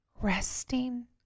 resting